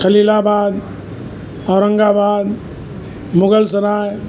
Khalilabad Aurangabad Mughalsarai